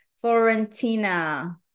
Florentina